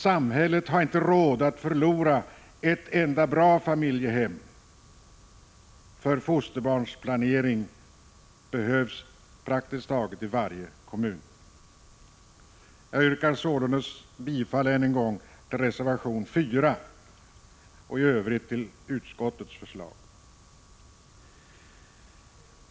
Samhället har inte råd att förlora ett enda bra familjehem för fosterbarnsplacering. Det behövs i varje kommun. Jag yrkar således än en gång bifall till reservation 4 och i övrigt till utskottets förslag.